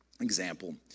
example